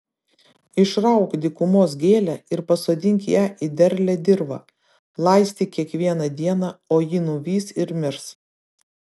išrauk dykumos gėlę ir pasodink ją į derlią dirvą laistyk kiekvieną dieną o ji nuvys ir mirs